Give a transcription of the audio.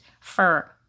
fur